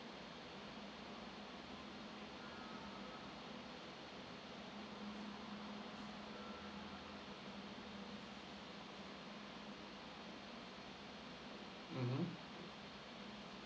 mmhmm